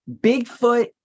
Bigfoot